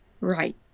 Right